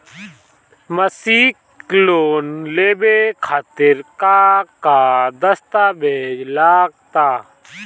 मसीक लोन लेवे खातिर का का दास्तावेज लग ता?